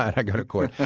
i go to court.